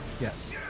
Yes